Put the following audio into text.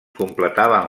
completaven